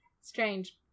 Strange